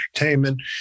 Entertainment